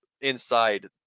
inside